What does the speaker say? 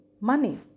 money